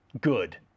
good